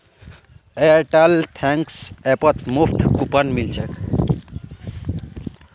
Airtel thanks ऐपत मुफ्त coupon मिल छेक